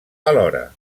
alhora